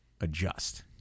adjust